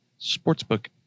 sportsbook